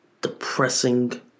Depressing